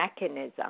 mechanism